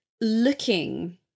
looking